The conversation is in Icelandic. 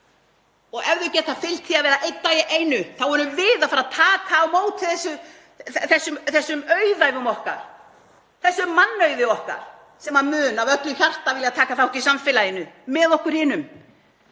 Ef þau geta fylgt því að vera einn dag í einu þá erum við að fara að taka á móti þessum auðæfum okkar, þessum mannauði okkar, sem mun af öllu hjarta vilja taka þátt í samfélaginu með okkur hinum.